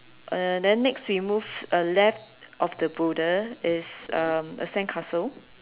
uh then next we move uh left of the boulder is um a sandcastle